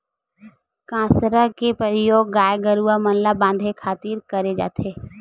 कांसरा के परियोग गाय गरूवा मन ल बांधे खातिर करे जाथे